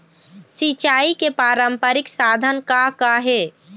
सिचाई के पारंपरिक साधन का का हे?